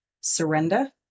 surrender